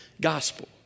gospel